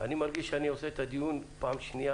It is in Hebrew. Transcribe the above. אני מרגיש שאני עושה את הדיון פעם שנייה